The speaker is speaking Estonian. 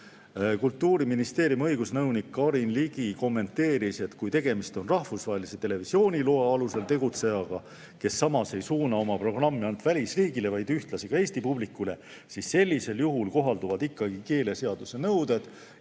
Kultuuriministeeriumi õigusnõunik Karin Ligi kommenteeris, et kui tegemist on rahvusvahelise televisiooniloa alusel tegutsejaga, kes samas ei suuna oma programmi ainult välisriigile, vaid ühtlasi ka Eesti publikule, siis kohalduvad ikkagi keeleseaduse nõuded.